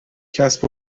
کسب